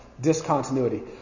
discontinuity